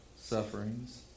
sufferings